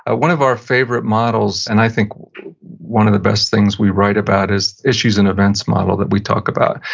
ah one of our favorite models, and i think one of the best things we write about, is issues and events model that we talk about.